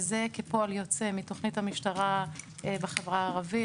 וזה כפועל יוצא מתוכנית המשטרה בחברה הערבית,